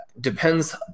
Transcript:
depends